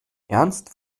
ernst